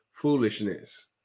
foolishness